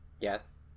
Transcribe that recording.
Yes